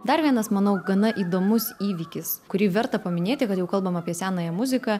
dar vienas manau gana įdomus įvykis kurį verta paminėti kad jau kalbam apie senąją muziką